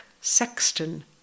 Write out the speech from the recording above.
Sexton